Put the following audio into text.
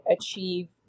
achieve